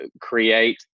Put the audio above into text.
create